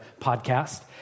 podcast